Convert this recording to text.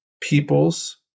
people's